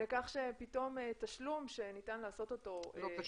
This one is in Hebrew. לכך שפתאום תשלום ניתן לעשות אותו באמצעות המכשיר.